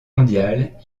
mondiales